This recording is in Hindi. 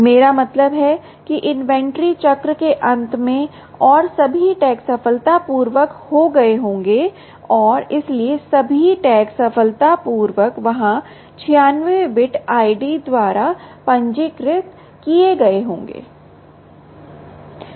मेरा मतलब है कि इन्वेंट्री चक्र के अंत में और सभी टैग सफलतापूर्वक हो गए होंगे और इसलिए सभी टैग सफलतापूर्वक वहाँ 96 बिट ID द्वारा पंजीकृत हो गए होंगे